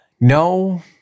No